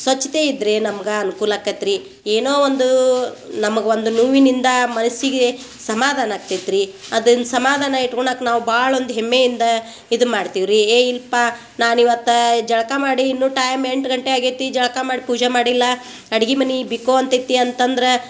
ಸ್ವಚ್ಛತೆ ಇದ್ದರೆ ನಮ್ಗೆ ಅನುಕೂಲ ಅಕತ್ತೆ ರೀ ಏನೋ ಒಂದು ನಮಗೆ ಒಂದು ನೋವಿನಿಂದ ಮನಿಸ್ಸಿಗೆ ಸಮಾಧಾನ ಆಗ್ತೈತೆ ರೀ ಅದನ್ನ ಸಮಾಧಾನ ಇಟ್ಕೊಳಕೆ ನಾವು ಬಾಳೊಂದು ಹೆಮ್ಮೆಯಿಂದ ಇದು ಮಾಡ್ತೀವಿ ರೀ ಏಯ್ ಇಲ್ಪ ನಾನು ಇವತ್ತ ಜಳಕ ಮಾಡಿ ಇನ್ನು ಟೈಮ್ ಎಂಟು ಗಂಟೆ ಆಗೈತಿ ಜಳಕ ಮಾಡಿ ಪೂಜೆ ಮಾಡಿಲ್ಲ ಅಡ್ಗಿ ಮನೆ ಬಿಕೋ ಅಂತೈತಿ ಅಂತಂದ್ರೆ